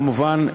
כמובן,